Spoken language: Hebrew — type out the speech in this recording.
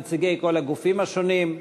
נציגי כל הגופים השונים.